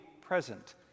present